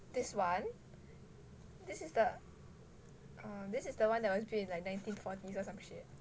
this one this is the uh this is the one that was built in the nineteen forties or some shit